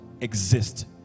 exist